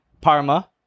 Parma